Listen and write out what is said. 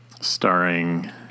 Starring